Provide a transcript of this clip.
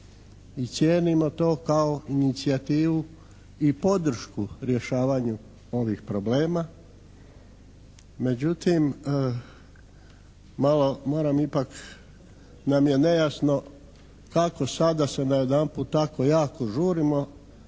i cijenimo to kao inicijativu i podršku rješavanju ovih problema. Međutim, malo moram ipak nam je nejasno kako sad da se najedanput tako jako žurimo